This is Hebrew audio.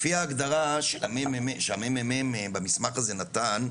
לפי ההגדרה שהממ"מ במסמך הזה נתן,